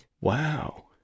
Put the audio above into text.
Wow